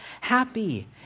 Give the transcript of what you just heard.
happy